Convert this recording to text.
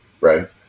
right